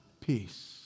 Peace